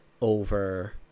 over